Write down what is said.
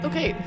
Okay